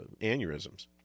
aneurysms